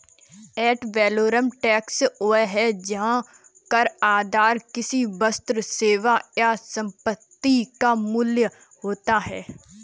add valorem tax वह है जहां कर आधार किसी वस्तु, सेवा या संपत्ति का मूल्य होता है